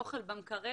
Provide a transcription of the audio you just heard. אוכל במקרר,